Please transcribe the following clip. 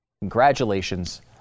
Congratulations